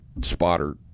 spotter